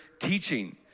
Teaching